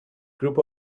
group